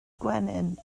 gwenyn